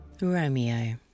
Romeo